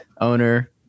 owner